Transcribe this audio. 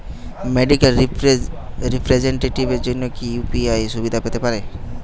Medical রিপ্রেজন্টেটিভদের জন্য কি ইউ.পি.আই সুবিধা পেতে পারে?